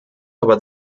aber